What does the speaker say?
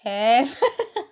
can